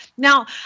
Now